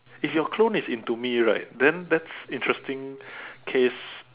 if your clone is into me right then that's interesting case